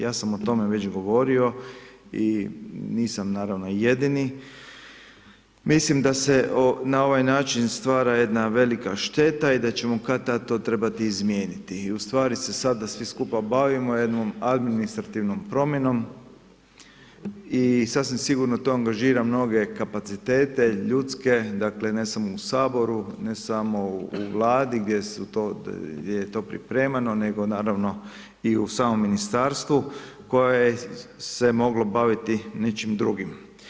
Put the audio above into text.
Ja sam o tome već govorio i nisam naravno jedini, mislim da se na ovaj način stvara jedna velika šteta i da ćemo kad-tad to trebati izmijeniti i u stvari se sada svi skupa bavimo jednom administrativnom promjenom i sasvim sigurno to angažira mnoge kapacitete ljudske, dakle ne samo u saboru, ne samo u Vladi gdje je to pripremano, nego naravno i u samom ministarstvu koje je se moglo baviti nečim drugim.